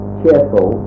cheerful